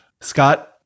Scott